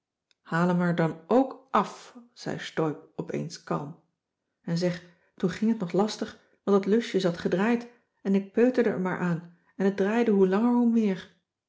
hem er dan ook af zei steub opeens kalm en zeg toen ging t nog lastig want dat lusje zat gedraaid en ik peuterde er maar aan en t draaide hoe langer hoe meer